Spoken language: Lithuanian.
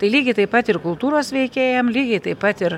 tai lygiai taip pat ir kultūros veikėjam lygiai taip pat ir